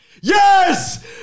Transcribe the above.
Yes